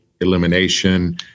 elimination